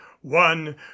one